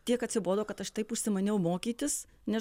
tiek atsibodo kad aš taip užsimaniau mokytis ne